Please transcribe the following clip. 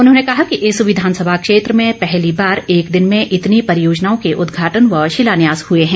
उन्होंने कहा कि इस विधानसभा क्षेत्र में पहली बार एक दिन में इतनी परियोजनाओं के उदघाटन व शिलान्यास हुए हैं